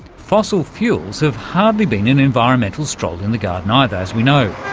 fossil fuels have hardly been an environmental stroll in the garden either, as we know.